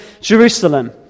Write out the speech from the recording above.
Jerusalem